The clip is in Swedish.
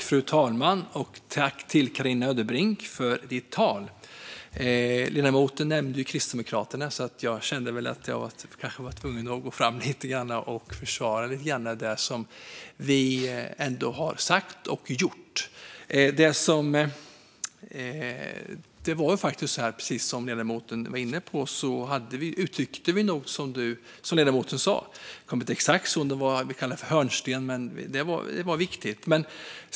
Fru talman! Tack, Carina Ödebrink, för ditt tal! Ledamoten nämnde Kristdemokraterna, så jag kände lite grann att jag var tvungen att begära replik och försvara det vi har sagt och gjort. Vi tyckte som ledamoten sa - jag kommer inte ihåg om vi kallade det just hörnsten, men vi tyckte att det var viktigt.